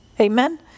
Amen